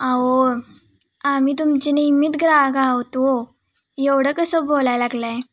आहो आम्ही तुमचे नियमित ग्राहक आहोत ओ एवढं कसं बोलाय लागला आहे